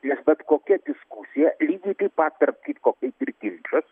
nes bet kokia diskusija lygiai taip pat tarp kitko kaip ir ginčas